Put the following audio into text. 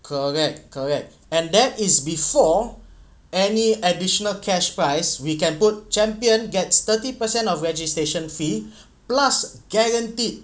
correct correct and that is before any additional cash prize we can put champion gets thirty percent of registration fee plus guaranteed